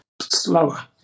slower